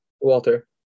Walter